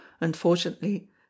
unfortunately